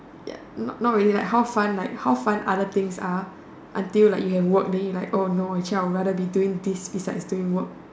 ya not not really like how fun like how fun other things are until like you have work then you like oh no I will rather do this besides doing work